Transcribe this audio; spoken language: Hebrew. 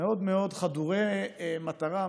מאוד מאוד חדורי מטרה,